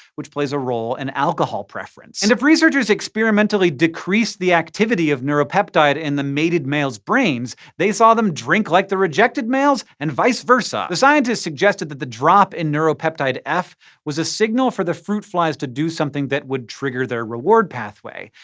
which plays a role in and alcohol preference. and if researchers experimentally decreased the activity of neuropeptide in the mated males' brains, they saw them drink like the rejected males and vice versa. the scientists suggested that the drop in neuropeptide f was a signal for the fruit flies to do something that would trigger their reward pathway.